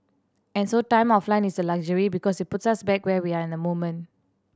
and so time offline is a luxury because it puts us back where we are in the moment